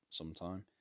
sometime